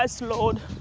Lord